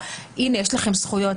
או הנה יש לכם זכויות.